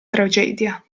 tragedia